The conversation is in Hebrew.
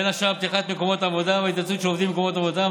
בין השאר על פתיחת מקומות עבודה ועל התייצבות של עובדים במקומות עבודתם,